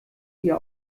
ihr